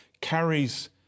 carries